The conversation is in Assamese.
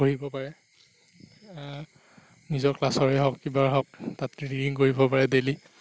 পঢ়িব পাৰে নিজৰ ক্লাছৰে হওক কিবাৰে হওক তাত ৰিডিং কৰিব পাৰে ডেইলি